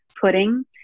pudding